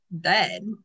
dead